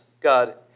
God